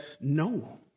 no